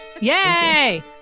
yay